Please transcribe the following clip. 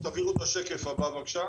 תעבירו את השקף הבא בבקשה.